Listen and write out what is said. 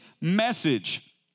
message